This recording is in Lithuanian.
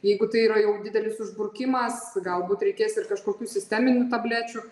jeigu tai yra jau didelis užburkimas galbūt reikės ir kažkokių sisteminių tablečių